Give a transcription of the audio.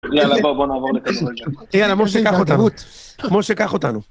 יאללה בוא, בוא נעבור לכדורגל. יאללה משה, קח אותנו משה, קח אותנו.